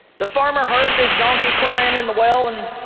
the farmer heard this donkey crying in the well and